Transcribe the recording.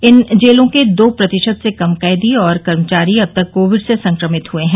इन जेलों के दो प्रतिशत से कम कैदी और कर्मचारी अब तक कोविड से संक्रमित हुए हैं